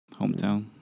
hometown